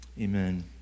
Amen